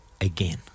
again